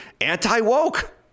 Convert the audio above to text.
anti-woke